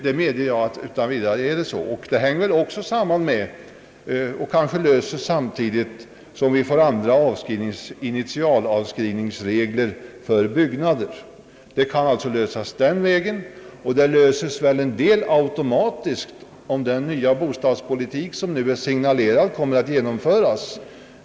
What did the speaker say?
Det problemet kanske kan lösas då vi får andra initialavskrivningsregler för byggnader. Till en del löses väl problemet automatiskt om den nya bostadspolitik som nu är signalerad genomföres.